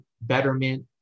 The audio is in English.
betterment